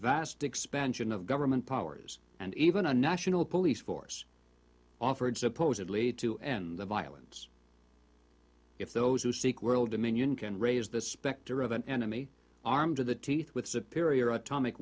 vast expansion of government powers and even a national police force offered supposedly to end the violence if those who seek world dominion can raise the specter of an enemy armed to the teeth with sapir iraq atomic